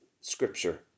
scripture